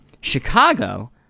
Chicago